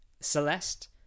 Celeste